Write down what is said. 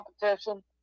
competition